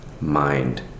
mind